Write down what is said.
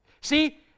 See